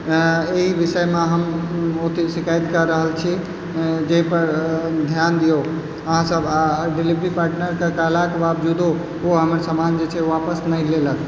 एहि विषयमे हम अथि शिकायत कऽ रहल छी जाहिपर ध्यान दियौ अहाँ सब आओर डिलीवरी पार्टनरकेँ कहलाक बावजूदो ओ हमर सामान जे छै वापस नहि लेलक